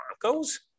Broncos